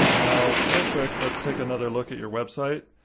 now, real quick, let's take another look at your website.